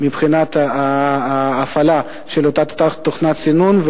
מבחינת ההפעלה של אותה תוכנת סינון,